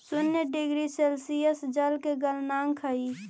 शून्य degree Celsius जल के गलनांक हई